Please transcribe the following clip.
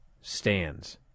stands